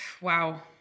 wow